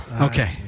Okay